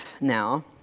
now